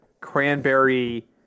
cranberry